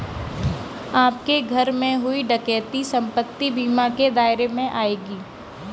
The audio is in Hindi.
आपके घर में हुई डकैती संपत्ति बीमा के दायरे में आएगी